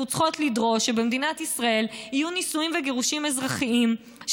אנחנו צריכות לדרוש שבמדינת ישראל יהיו נישואים וגירושים אזרחיים,